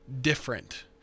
different